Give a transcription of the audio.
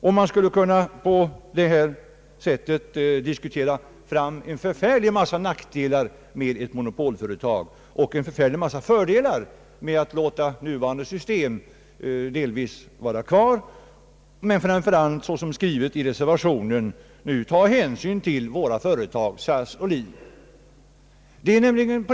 På detta sätt skulle man kunna diskutera fram en förfärlig massa nackdelar med ett monopolföretag och en förfärlig massa fördelar med att låta nuvarande system delvis vara kvar men framför allt — såsom det är skrivet i reservationen — nu ta hänsyn till våra företag SAS och LIN.